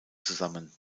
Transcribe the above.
zusammen